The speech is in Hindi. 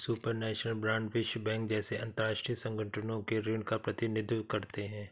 सुपरनैशनल बांड विश्व बैंक जैसे अंतरराष्ट्रीय संगठनों के ऋण का प्रतिनिधित्व करते हैं